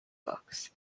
books